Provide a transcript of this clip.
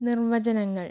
നിർവചനങ്ങൾ